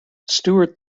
stewart